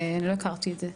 אני לא הכרתי את זה,